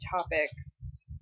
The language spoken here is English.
topics